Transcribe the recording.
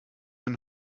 ein